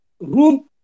room